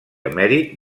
emèrit